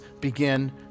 begin